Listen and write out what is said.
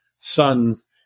sons